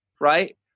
right